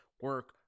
Work